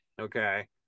okay